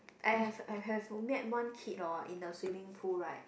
I have I have met one kid hor in the swimming pool right